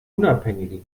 unabhängige